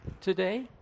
today